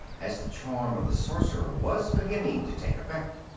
as the charm of the sorcerer was beginning to take effect.